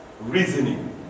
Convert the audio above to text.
reasoning